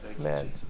Amen